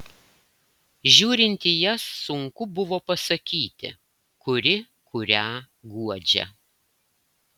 žiūrint į jas sunku buvo pasakyti kuri kurią guodžia